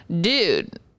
dude